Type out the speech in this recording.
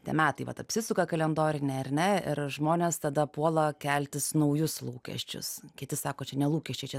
tie metai vat apsisuka kalendoriniai ar ne ir žmonės tada puola keltis naujus lūkesčius kiti sako čia ne lūkesčiai čia